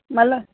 मला